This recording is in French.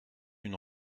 une